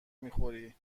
میخوری